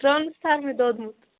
ٹرٛانسفارمٕے دوٚدمُت